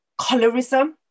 colorism